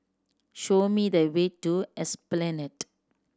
show me the way to Esplanade